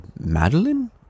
Madeline